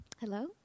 Hello